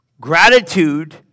Gratitude